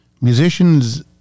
Musicians